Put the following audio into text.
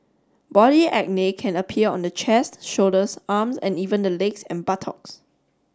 body acne can appear on the chest shoulders arms and even the legs and buttocks